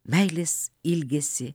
meilės ilgesį